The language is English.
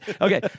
Okay